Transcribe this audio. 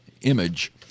image